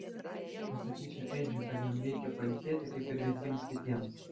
pasakysiu edžiui kad jam reikia pailsėti kaip ir visiems kitiems